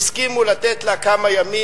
והסכימו לתת לה כמה ימים.